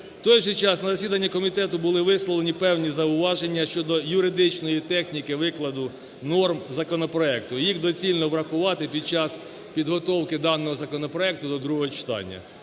В той же час, на засіданні комітету були висловлені певні зауваження щодо юридичної техніки викладу норм законопроекту. Їх доцільно врахувати під час підготовки даного законопроекту до другого читання.